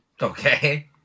Okay